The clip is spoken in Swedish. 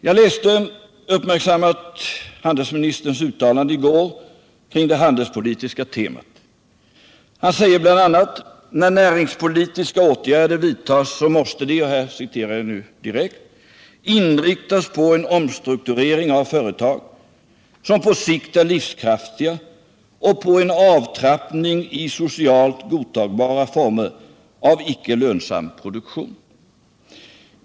Jag läste uppmärksamt handelsministerns uttalande i går kring det handelspolitiska temat. Han sade bl.a. att då näringspolitiska åtgärder vidtas måste de inriktas på en omstrukturering av de företag som på sikt är livskraftiga och på en avtrappning i socialt godtagbara former av icke lönsam produktion.